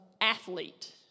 athlete